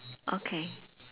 okay